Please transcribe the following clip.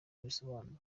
abisobanura